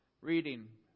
reading